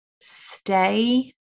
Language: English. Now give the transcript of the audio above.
stay